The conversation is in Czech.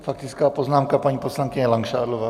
Faktická poznámka, paní poslankyně Langšádlová.